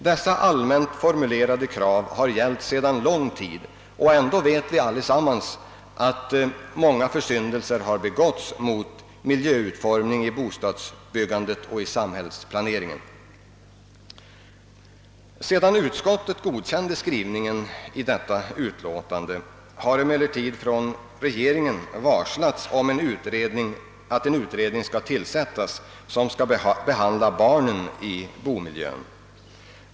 Dessa allmänna krav har gällt sedan lång tid och ändå vet vi alla att många försyndelser har begåtts mot miljöutformningen i bostadsbyggandet och i samhällsplaneringen. Sedan statsutskottet godkände skrivningen i detta utlåtande har emellertid regeringen varslat om att en utredning skall tillsättas som skall behandla barnen i bomiljön.